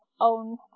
own